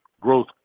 growth